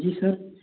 जी sir